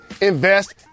invest